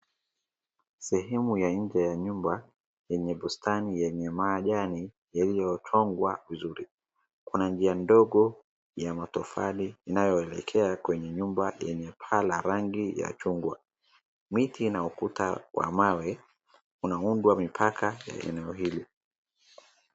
Sehemu ya nje ya nyumba yenye bustani yenye majani yaliyochongwa vizuri. kuna njia ndogo ya matofali inayoelekea kwenye nyumba yenye rangi ya chungwa. Miti na ukuta ya mawe unaunda mipaka ya eneo hili.